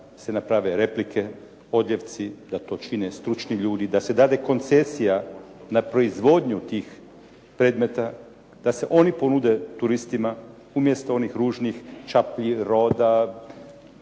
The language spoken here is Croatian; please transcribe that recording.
da se naprave replike, odljevci, da to čine stručni ljudi, da se dade koncesija na proizvodnju tih predmeta, da se oni ponude turistima, umjesto onih ružnih čaplji, roda,